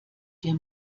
der